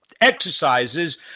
exercises